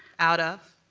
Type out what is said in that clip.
out of?